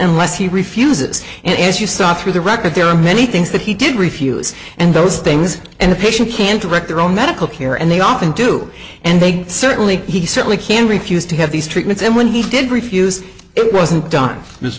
unless he refuses and as you saw through the record there are many things that he did refuse and those things and a patient can't direct their own medical care and they often do and they certainly he certainly can refuse to have these treatments and when he did refuse it wasn't done mi